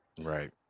right